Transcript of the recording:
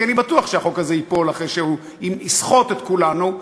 כי אני בטוח שהחוק הזה ייפול אחרי שהוא יסחט את כולנו,